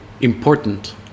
important